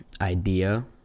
idea